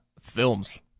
Films